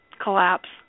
Collapse